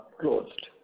closed